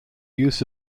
use